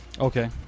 Okay